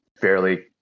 fairly